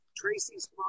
Tracy's